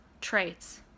traits